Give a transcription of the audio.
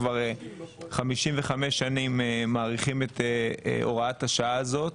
כבר 55 שנים מאריכים את הוראת השעה הזו.